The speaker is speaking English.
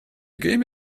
game